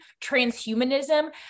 transhumanism